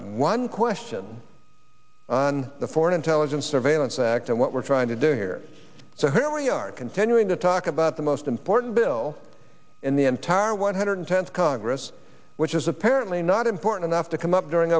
one question on the foreign intelligence surveillance act and what we're trying to do here so here we are continuing to talk about the most important bill in the entire one hundred tenth congress which is apparently not important enough to come up during